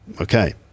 Okay